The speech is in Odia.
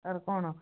ଆର୍ କ'ଣ